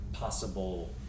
possible